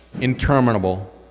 interminable